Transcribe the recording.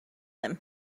him